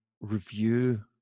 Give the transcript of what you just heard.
review